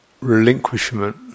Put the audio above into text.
relinquishment